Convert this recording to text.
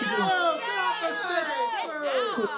जी ठीक